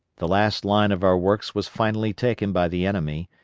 the last line of our works was finally taken by the enemy,